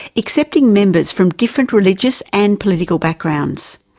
accepting members from different religious and political backgrounds.